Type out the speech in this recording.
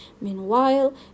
Meanwhile